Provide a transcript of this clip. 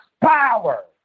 power